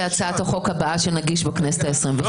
הצעת החוק הבאה שנגיש בכנסת העשרים-וחמש.